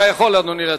אדוני, אתה יכול להציג.